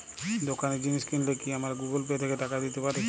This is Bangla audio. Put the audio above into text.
দোকানে জিনিস কিনলে কি আমার গুগল পে থেকে টাকা দিতে পারি?